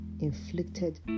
inflicted